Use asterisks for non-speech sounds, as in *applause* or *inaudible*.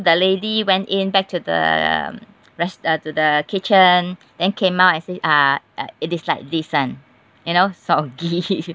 the lady went in back to the rest uh to the kitchen then came out and say uh uh it is like this [one] you know sort of *noise*